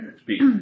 Speak